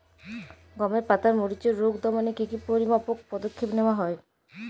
গমের পাতার মরিচের রোগ দমনে কি কি পরিমাপক পদক্ষেপ নেওয়া হয়?